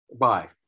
bye